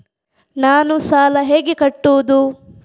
ನಾನು ಸಾಲ ಹೇಗೆ ಕಟ್ಟುವುದು?